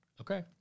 Okay